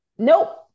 Nope